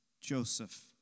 Joseph